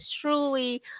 truly